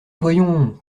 voyons